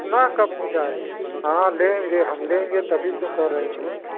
कितना कम हो जाए हाँ लेंगे हम लेंगे तभी तो कह रहे हैं